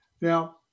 Now